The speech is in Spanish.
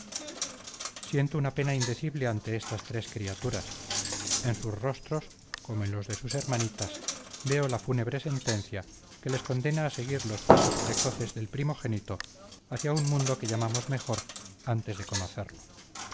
siento una pena indecible ante estas tres criaturas en sus rostros como en los de sus hermanitas veo la fúnebre sentencia que les condena a seguir los pasos precoces del primogénito hacia un mundo que llamamos mejor antes de conocerlo